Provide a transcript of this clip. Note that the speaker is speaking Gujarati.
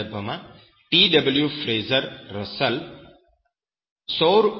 આ સંદર્ભમાં TW ફ્રેઝર રસેલ T